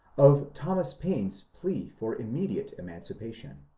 of thomas paine's plea for immediate emancipation.